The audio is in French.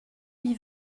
lui